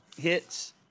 hits